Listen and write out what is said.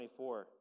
24